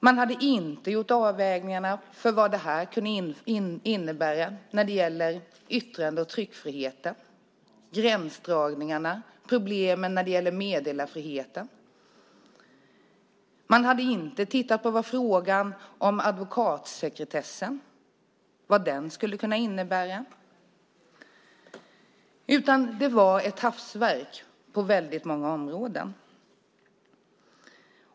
Man hade inte gjort avvägningar i fråga om vad detta kunde innebära när det gäller yttrande och tryckfriheten, gränsdragningarna och problemen när det gäller meddelarfriheten. Man hade inte tittat på vad frågan om advokatsekretessen skulle kunna innebära. Det var alltså ett hafsverk på väldigt många områden.